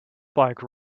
bike